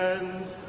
ends